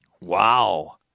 Wow